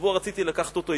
השבוע רציתי לקחת אותו אתי.